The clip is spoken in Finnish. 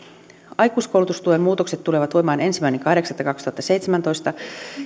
aikuiskoulutustuen muutokset tulevat voimaan ensimmäinen kahdeksatta kaksituhattaseitsemäntoista